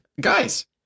guys